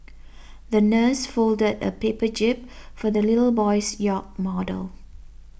the nurse folded a paper jib for the little boy's yacht model